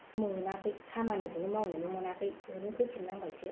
मोनाखै खामानिखौनो मावनोनो मोनाखै ओरैनो फैफिन्नांबायसो